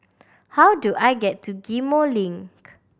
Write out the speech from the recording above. how do I get to Ghim Moh Link